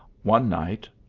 one night,